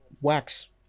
wax